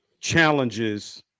challenges